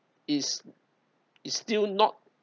is is still not